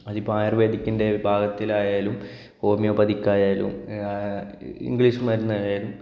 അതിപ്പോൾ ആയൂർവേദിക്കിന്റെ വിഭാഗത്തിലായാലും ഹോമിയോ പൊതിക്കായാലും ഇംഗ്ലീഷ് മരുന്നായാലും